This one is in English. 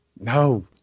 no